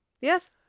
Yes